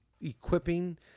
equipping